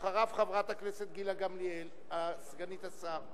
אחריו, חברת הכנסת גילה גמליאל, סגנית השר.